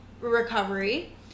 recovery